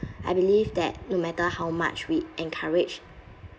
I believe that no matter how much we encourage